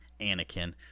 Anakin